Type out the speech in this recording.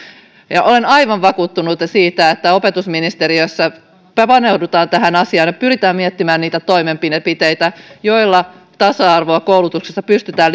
olen aivan vakuuttunut siitä että opetusministeriössä paneudutaan tähän asiaan ja pyritään miettimään niitä toimenpiteitä joilla tasa arvoa koulutuksessa pystytään